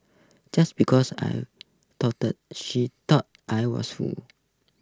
just because I tolerated she thought I was fool